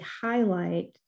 highlight